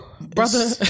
Brother